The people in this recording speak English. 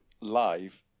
live